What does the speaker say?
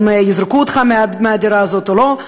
אם יזרקו אותך מהדירה הזאת או לא,